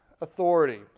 authority